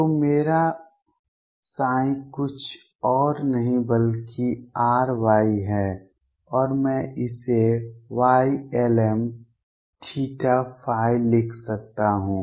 तो मेरा कुछ और नहीं बल्कि R Y है और मैं इसे Ylmθϕ लिख सकता हूँ